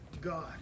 God